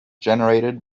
generated